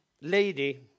lady